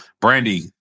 Brandy